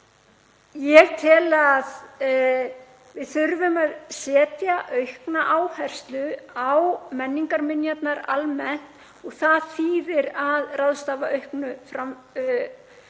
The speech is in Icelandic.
ég að við þurfum að leggja aukna áherslu á menningarminjarnar almennt og það þýðir að ráðstafa auknu fjármagni